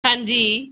ਹਾਂਜੀ